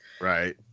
right